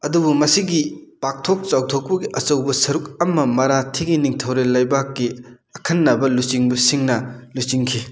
ꯑꯗꯨꯕꯨ ꯃꯁꯤꯒꯤ ꯄꯥꯛꯊꯣꯛ ꯆꯥꯎꯊꯣꯛꯄꯒꯤ ꯑꯆꯧꯕ ꯁꯔꯨꯛ ꯑꯃ ꯃꯔꯥꯊꯤꯒꯤ ꯅꯤꯡꯊꯧꯔꯦꯜ ꯂꯩꯕꯥꯛꯀꯤ ꯑꯈꯟꯅꯕ ꯂꯨꯆꯤꯡꯕꯁꯤꯡꯅ ꯂꯨꯆꯤꯡꯈꯤ